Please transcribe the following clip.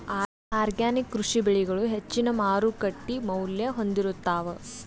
organic ಕೃಷಿ ಬೆಳಿಗಳು ಹೆಚ್ಚಿನ್ ಮಾರುಕಟ್ಟಿ ಮೌಲ್ಯ ಹೊಂದಿರುತ್ತಾವ